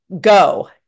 go